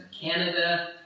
Canada